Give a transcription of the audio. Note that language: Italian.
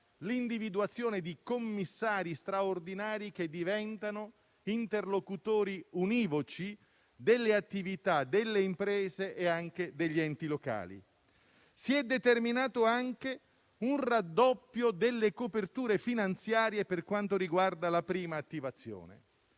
l'individuazione di commissari straordinari, che diventano interlocutori univoci delle attività delle imprese e degli enti locali. Si è determinato anche un raddoppio delle coperture finanziarie per quanto riguarda la prima attivazione.